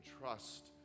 trust